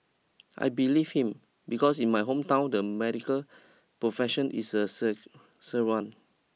I believed him because in my hometown the medical profession is a sec sir one